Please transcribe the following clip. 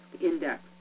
Index